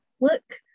look